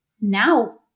now